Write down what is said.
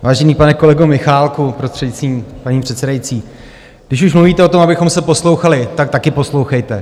Vážený pane kolego Michálku, prostřednictvím paní předsedající, když už mluvíte o tom, abychom se poslouchali, tak taky poslouchejte.